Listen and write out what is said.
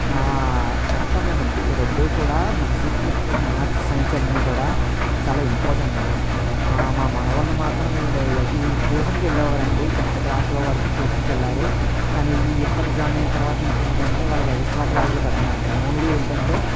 కర్తవ్యమండి రెండూ కూడా మనిషికి ఎంతో మాథ్స్ సైన్స్ అవన్నీ కూడా చాలా ఇంపార్టెంట్ అండి మా మనుమళ్ళు మాత్రం ఈ ట్యూషన్కి వెళ్లేవారండి టెంత్ క్లాస్లో వరకు ట్యూషన్కెళ్ళారు కాని ఈ ఇంటర్ జాయిన్ అయిన తర్వాత ఏంటంటే ఎగిస్ట్రా క్లాసులు పెడుతున్నారండి ఓన్లీ ఏంటంటే